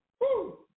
Woo